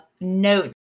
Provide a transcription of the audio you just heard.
note